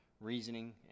reasoning